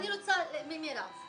אני פונה למירב,